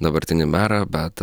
dabartinį merą bet